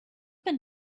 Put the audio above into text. been